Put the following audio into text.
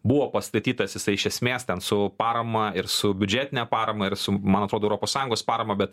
buvo pastatytas jisai iš esmės ten su parama ir su biudžetine parama ir su man atrodo europos sąjungos parama bet